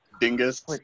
Dingus